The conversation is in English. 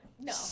no